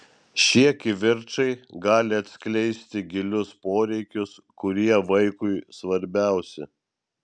šie kivirčai gali atskleisti gilius poreikius kurie vaikui svarbiausi